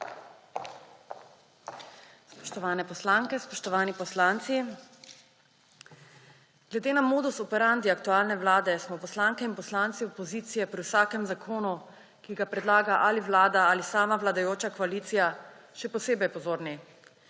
Spoštovane poslanke, spoštovani poslanci! Glede na modus operandi aktualne vlade smo poslanke in poslanci opozicije pri vsakem zakonu, ki ga predlaga ali Vlada ali sama vladajoča koalicija, še posebej pozorni.